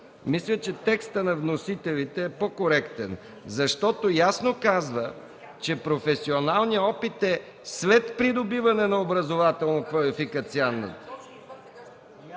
мисля – текстът на вносителите е по-коректен, защото ясно казва, че професионалният опит е след придобиване на образователно-квалификационна